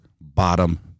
bottom